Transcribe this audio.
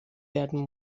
werden